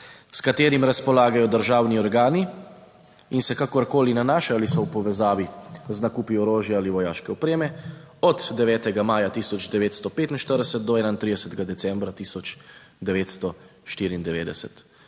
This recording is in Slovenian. s katerim razpolagajo državni organi in se kakorkoli nanaša ali so v povezavi z nakupi orožja ali vojaške opreme od 9. maja 1945 do 31. decembra 1994.